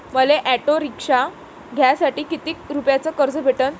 मले auto rickshaw घ्यासाठी कितीक रुपयाच कर्ज भेटनं?